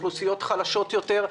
אוכלוסיות חלשות יותר.